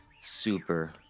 Super